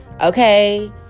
okay